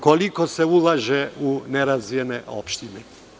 Koliko se ulaže u nerazvijene opštine?